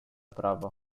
prawo